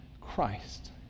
Christ